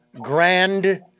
grand